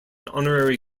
honorary